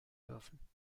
dürfen